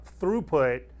throughput